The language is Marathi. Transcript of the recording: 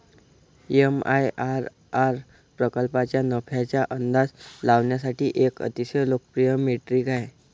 एम.आय.आर.आर प्रकल्पाच्या नफ्याचा अंदाज लावण्यासाठी एक अतिशय लोकप्रिय मेट्रिक आहे